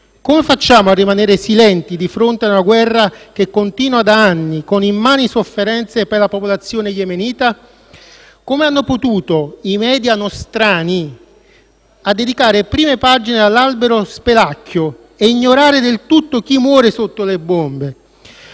Come facciamo a rimanere silenti di fronte a una guerra che continua da anni, con immani sofferenze per la popolazione yemenita? Come hanno potuto i *media* nostrani dedicare prime pagine all'albero denominato Spelacchio e ignorare del tutto chi muore sotto le bombe?